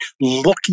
looking